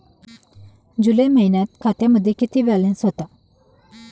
जुलै महिन्यात खात्यामध्ये किती बॅलन्स होता?